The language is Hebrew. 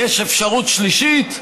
יש אפשרות שלישית: